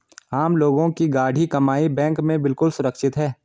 आम लोगों की गाढ़ी कमाई बैंक में बिल्कुल सुरक्षित है